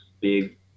big